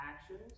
actions